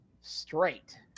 straight